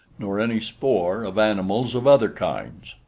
nor any spoor of animals of other kinds.